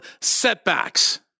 setbacks